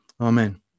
Amen